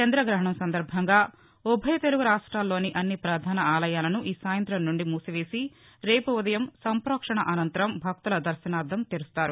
చంద్రాగహణం సందర్భంగా ఉభయ తెలుగు రాష్టాల్లోని అన్ని పధాన ఆలయాలను ఈ సాయంతం నుండి మూసివేసి రేపు ఉదయం సంప్రోక్షణ అనంతరం భక్తుల దర్భనార్దం తెరుస్తారు